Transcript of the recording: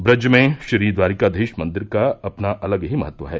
ब्रज में श्रीद्वारिकाधीश मंदिर का अपना अलग ही महत्व है